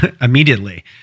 immediately